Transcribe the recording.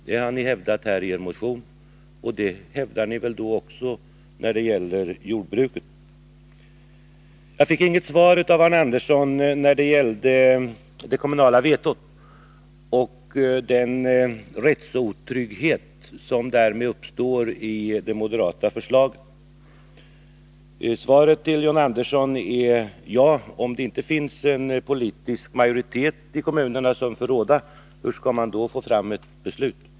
Det har ni hävdat i er motion vad beträffar skogsbruket, och det hävdar ni väl också när det gäller jordbruket. Jag fick inget svar av Arne Andersson om det kommunala vetot och den rättsotrygghet som därmed uppstår genom det moderata förslaget. i Svaret till John Andersson är: Ja, om det inte finns en politisk majoritet i kommunen som får råda, hur skall man då få fram ett beslut?